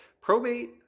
Probate